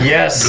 Yes